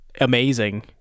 amazing